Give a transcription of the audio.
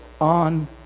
on